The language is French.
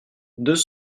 deux